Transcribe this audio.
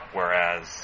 Whereas